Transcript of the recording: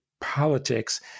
politics